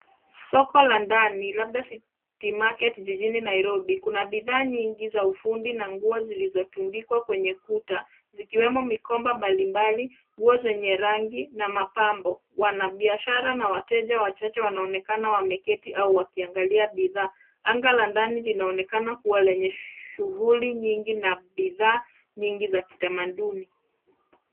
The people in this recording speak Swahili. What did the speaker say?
Soko la ndani labda city market jijini Nairobi .Kuna bidhaa nyingi za ufundi na nguo zilizotundikwa kwenye ukuta zikiwemo mikoba mbalimbali, nguo zenye rangi na mapambo. Wanabiashara na wateja wachache wanaonekana wameketi au wakiangalia bidhaa. Anga la ndani linaonekana kuwa lenye shughuli nyingi na bidhaa nyingi za kitamaduni.